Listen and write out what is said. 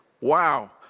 Wow